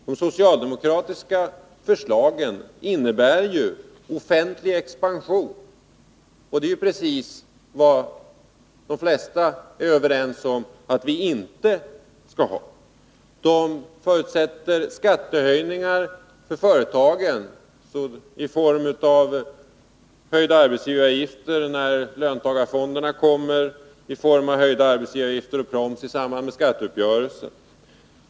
De socialdemokratiska förslagen innebär offentlig expansion, och det är precis vad vi inte skall ha. De förutsätter skattehöjningar för företagen i form av höjda arbetsgivaravgifter när löntagarfonderna kommer, höjda arbetsgivaravgifter och proms i samband med skatteuppgörelsen.